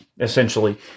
Essentially